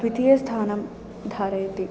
द्वितीयं स्थानं धारयति